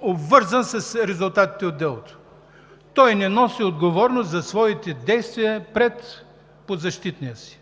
обвързан с резултатите от делото. Той не носи отговорност за своите действия пред подзащитния си.